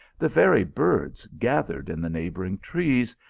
the very birds gath ered in the neighbouring trees,